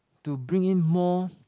to bring in more